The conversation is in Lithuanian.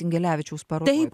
ingelevičiaus parodoj